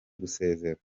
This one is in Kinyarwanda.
gusezera